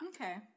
Okay